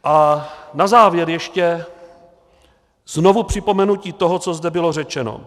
A na závěr ještě znovu připomenutí toho, co zde bylo řečeno.